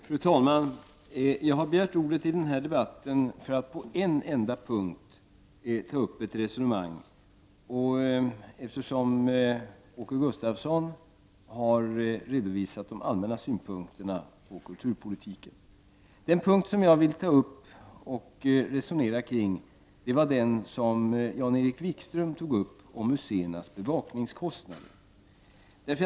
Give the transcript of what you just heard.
Fru talman! Jag har begärt ordet i denna debatt för att på en enda punkt ta upp ett resonemang, eftersom Åke Gustavsson har redovisat de allmänna synpunkterna på kulturpolitiken. Den punkt som jag vill ta upp och diskutera gäller det som Jan-Erik Wikström var inne på, nämligen museernas bevakningskostnader.